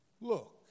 look